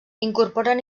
incorporen